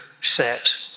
says